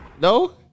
No